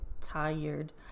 tired